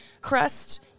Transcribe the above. Crust